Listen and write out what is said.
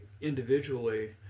individually